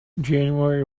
january